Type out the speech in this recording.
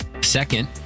Second